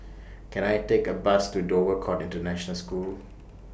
Can I Take A Bus to Dover Court International School